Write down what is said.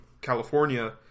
California